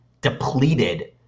depleted